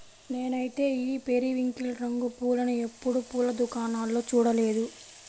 నేనైతే ఈ పెరివింకిల్ రంగు పూలను ఎప్పుడు పూల దుకాణాల్లో చూడలేదు